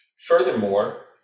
Furthermore